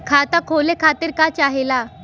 खाता खोले खातीर का चाहे ला?